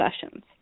sessions